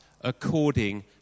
according